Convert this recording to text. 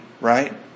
right